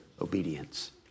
obedience